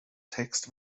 text